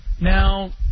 Now